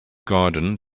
garden